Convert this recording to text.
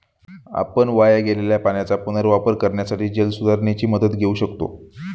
आपण वाया गेलेल्या पाण्याचा पुनर्वापर करण्यासाठी जलसुधारणेची मदत घेऊ शकतो